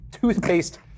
toothpaste